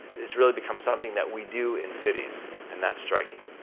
it's really become something that we do in cities and that's striking.